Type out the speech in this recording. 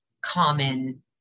common